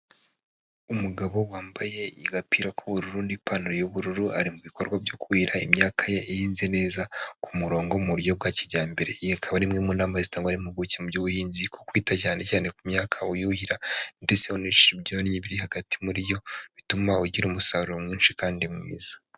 Umugabo wambaye agapira k'ubururu n'ipantaro y'ubururu, ari mu bikorwa byo kuhira imyaka ye ihinze neza, ku murongo mu buryo bwa kijyambere. Iyi ikaba ari imwe mu inama zitangwa n'impuguke mu by'ubuhinzi, ku kwita cyane cyane ku myaka uyuhira, ndetse unica ibyonnyi biri hagati muri yo, bituma ugira umusaruro mwinshi kandi mwiza.